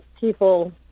people